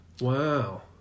Wow